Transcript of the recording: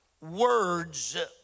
words